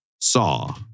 saw